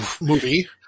movie